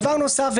דבר נוסף,